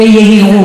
סימן,